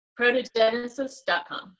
Protogenesis.com